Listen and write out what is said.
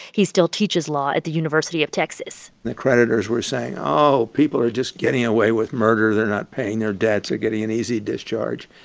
he still teaches law at the university of texas the creditors were saying, oh, people are just getting away with murder. they're not paying their debts, they're getting an easy discharge.